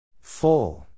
Full